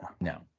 no